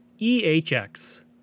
EHX